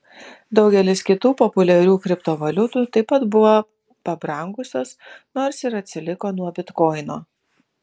daugelis kitų populiarių kriptovaliutų taip pat buvo pabrangusios nors ir atsiliko nuo bitkoino